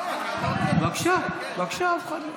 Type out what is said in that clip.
בבקשה, אדוני.